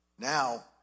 Now